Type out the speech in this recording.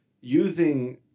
Using